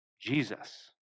Jesus